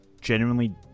genuinely